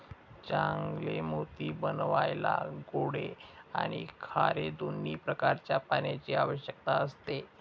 चांगले मोती बनवायला गोडे आणि खारे दोन्ही प्रकारच्या पाण्याची आवश्यकता असते